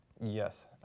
Yes